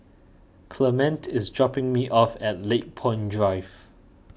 Clemente is dropping me off at Lakepoint Drive